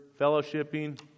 fellowshipping